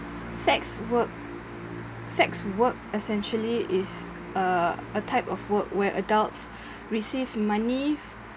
sex work sex work essentially is uh a type of work where adults receive money f~